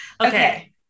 Okay